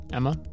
Emma